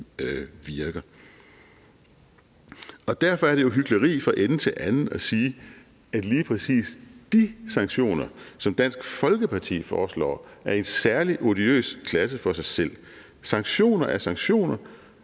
virker. Derfor er det jo hykleri fra ende til anden at sige, at lige præcis de sanktioner, som Dansk Folkeparti foreslår, er i en særlig odiøs klasse for sig selv. Sanktioner er sanktioner,